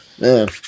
Man